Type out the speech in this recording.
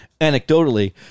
anecdotally